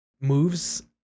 moves